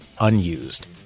unused